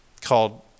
called